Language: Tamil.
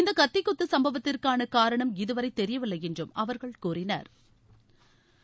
இந்தக் கத்திக்குத்து சும்பவத்திற்கான காரணம் இதுவரை தெரியவில்லை என்றும் அவர்கள் கூறினா்